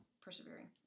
persevering